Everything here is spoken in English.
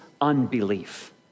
unbelief